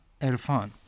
Erfan